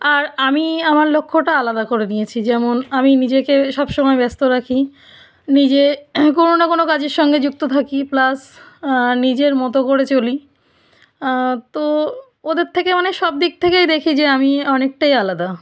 আর আমি আমার লক্ষ্যটা আলাদা করে নিয়েছি যেমন আমি নিজেকে সব সময় ব্যস্ত রাখি নিজে কোনো না কোনো কাজের সঙ্গে যুক্ত থাকি প্লাস নিজের মতো করে চলি তো ওদের থেকে মানে সব দিক থেকেই দেখি যে আমি অনেকটাই আলাদা